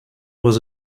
was